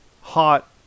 hot